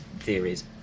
theories